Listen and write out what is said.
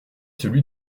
celui